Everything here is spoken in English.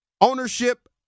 ownership